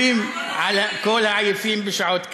על כל העייפים בשעות כאלה.